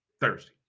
Thursday